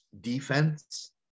defense